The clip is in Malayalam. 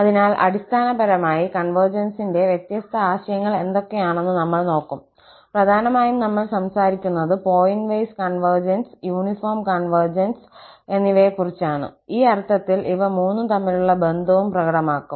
അതിനാൽ അടിസ്ഥാനപരമായി കൺവെർജൻസിന്റെ വ്യത്യസ്ത ആശയങ്ങൾ എന്തൊക്കെയാണെന്ന് നമ്മൾ നോക്കും പ്രധാനമായും നമ്മൾ സംസാരിക്കുന്നത് പോയിന്റവൈസ് കൺവെർജൻസ്pointwise convergence യൂണിഫോം കൺവേർജൻസ് കൺവൻജൻസ് എന്നിവയെകുറിച്ചാണ് ഈ അർത്ഥത്തിൽ ഇവ മൂന്നും തമ്മിലുള്ള ബന്ധവും പ്രകടമാക്കും